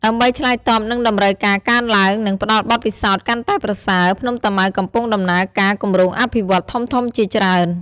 ដើម្បីឆ្លើយតបនឹងតម្រូវការកើនឡើង និងផ្តល់បទពិសោធន៍កាន់តែប្រសើរ ភ្នំតាម៉ៅកំពុងដំណើរការគម្រោងអភិវឌ្ឍន៍ធំៗជាច្រើន។